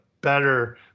better